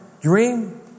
Dream